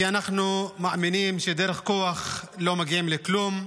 כי אנחנו מאמינים שדרך כוח לא מגיעים לכלום.